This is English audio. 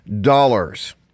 dollars